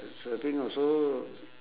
surfing also